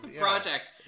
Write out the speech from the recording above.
project